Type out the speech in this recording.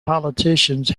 politicians